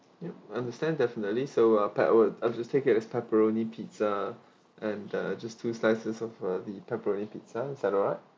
yup I understand definitely so I'll pack I would I just take it as pepperoni pizza and the just two slices of uh the pepperoni pizza is that alright